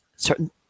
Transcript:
Certain